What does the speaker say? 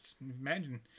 Imagine